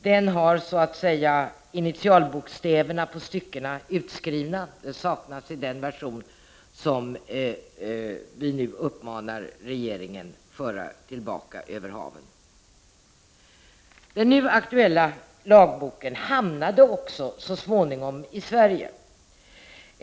Den har initialbokstäverna till styckena utskrivna — det saknas i den version som vi nu uppmanar regeringen föra tillbaka över haven. Den nu aktuella lagboken hamnade så småningom i Sverige.